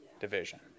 division